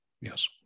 Yes